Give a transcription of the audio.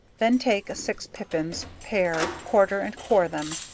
then take six pippins, pare, quarter and core them,